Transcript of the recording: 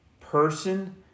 person